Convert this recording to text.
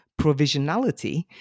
provisionality